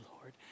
Lord